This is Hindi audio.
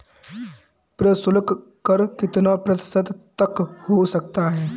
प्रशुल्क कर कितना प्रतिशत तक हो सकता है?